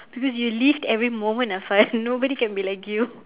because you lived every moment afa nobody can be like you